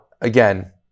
again